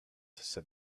said